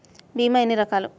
భీమ ఎన్ని రకాలు?